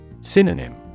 Synonym